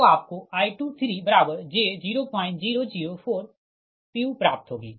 तो आपको I23j0004 pu प्राप्त होगी